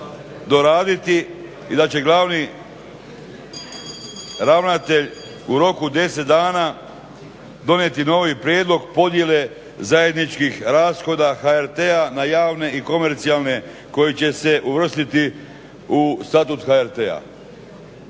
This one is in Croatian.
doraditi i da će glavni ravnatelj u roku 10 dana donijeti novi prijedlog podjele zajedničkih rashoda HRT-a na javne i komercijalne koje će uvrstiti u statut HRT-a.